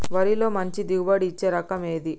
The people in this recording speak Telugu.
వరిలో మంచి దిగుబడి ఇచ్చే రకం ఏది?